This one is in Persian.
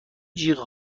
جیغ